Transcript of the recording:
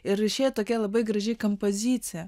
ir išėjo tokia labai graži kompozicija